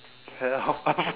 then how